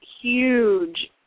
huge